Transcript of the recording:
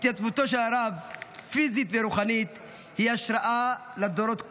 התייצבותו של הרב פיזית ורוחנית היא השראה לדורות הבאים.